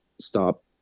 Stop